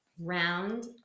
round